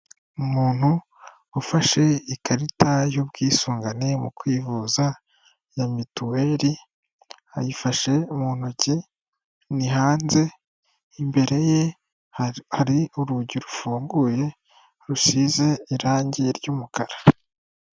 Umuntu ufashe ikarita y'ubwisungane mu kwivuza ya mituweri ayifashe mu ntoki ni hanze, imbere ye hari urugi rufunguye rusize irange ry'umukara.